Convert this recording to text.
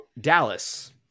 Dallas